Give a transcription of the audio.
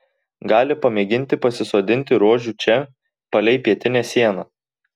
gali pamėginti pasisodinti rožių čia palei pietinę sieną